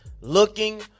looking